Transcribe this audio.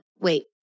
wait